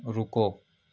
रुको